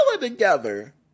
together